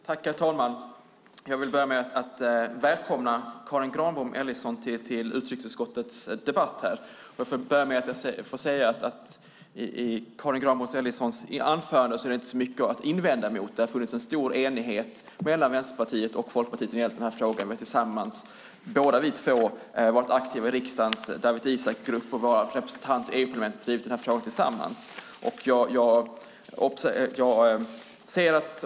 Herr talman! Jag hälsar Karin Granbom Ellison välkommen till utrikesutskottets debatt här. I hennes anförande finns det inte så mycket att invända mot. Det har varit en stor enighet mellan Vänsterpartiet och Folkpartiet i frågan om Isaac. Båda har vi varit aktiva i riksdagens Dawit Isaac-grupp, och våra representanter i Europaparlamentet har tillsammans drivit frågan.